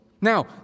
Now